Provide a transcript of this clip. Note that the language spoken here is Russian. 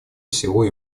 всего